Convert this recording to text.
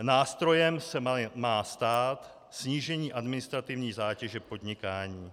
Nástrojem se má stát snížení administrativní zátěže podnikání.